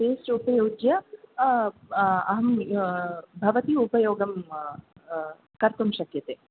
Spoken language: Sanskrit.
पेस्ट् उपयुज्य अहं भवती उपयोगं कर्तुं शक्यते